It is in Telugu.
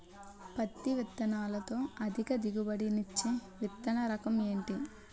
పత్తి విత్తనాలతో అధిక దిగుబడి నిచ్చే విత్తన రకం ఏంటి?